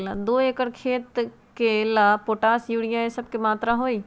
दो एकर खेत के ला पोटाश, यूरिया ये सब का मात्रा होई?